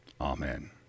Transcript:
Amen